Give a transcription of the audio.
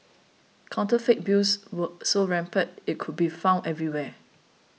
counterfeit bills were so rampant it could be found everywhere